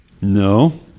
No